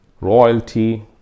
royalty